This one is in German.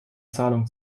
zahlung